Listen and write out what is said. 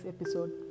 episode